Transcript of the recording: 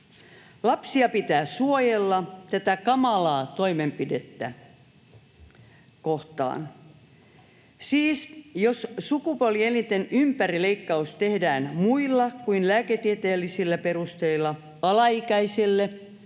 Lapsia pitää suojella tätä kamalaa toimenpidettä kohtaan. Siis: jos sukupuolielinten ympärileikkaus tehdään muilla kuin lääketieteellisillä perusteilla alaikäiselle